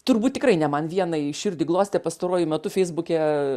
turbūt tikrai ne man vienai širdį glostė pastaruoju metu feisbuke